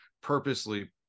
purposely